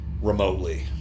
remotely